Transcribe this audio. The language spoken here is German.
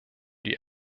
die